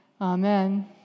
Amen